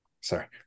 sorry